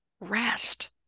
rest